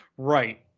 Right